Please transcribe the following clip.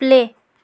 play